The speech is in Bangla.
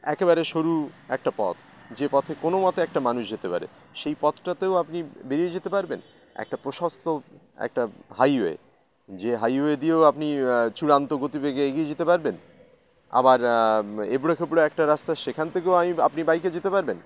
একেবারে সরু একটা পথ যে পথে কোনও মতে একটা মানুষ যেতে পারে সেই পথটাতেও আপনি বেরিয়ে যেতে পারবেন একটা প্রশস্ত একটা হাইওয়ে যে হাইওয়ে দিয়েও আপনি চূড়ান্ত গতিবেগে এগিয়ে যেতে পারবেন আবার এবড়োখেবড়ো একটা রাস্তা সেখান থেকেও আমি আপনি বাইকে যেতে পারবেন